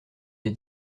des